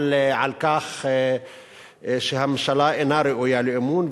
על כך שהממשלה אינה ראויה לאמון.